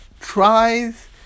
tries